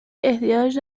احتیاج